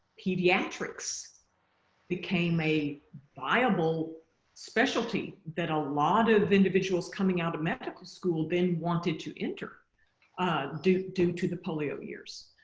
pediatrics became a viable specialty that a lot of individuals coming out of medical school then wanted to enter due due to the polio years.